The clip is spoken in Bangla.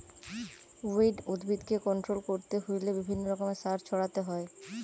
উইড উদ্ভিদকে কন্ট্রোল করতে হইলে বিভিন্ন রকমের সার ছড়াতে হয়